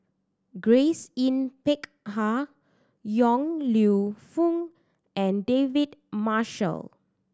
Grace Yin Peck Ha Yong Lew Foong and David Marshall